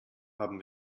haben